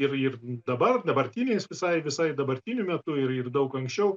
ir ir dabar dabartiniais visai visai dabartiniu metu ir ir daug anksčiau